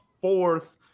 fourth